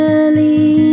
Early